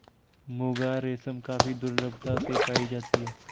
मुगा रेशम काफी दुर्लभता से पाई जाती है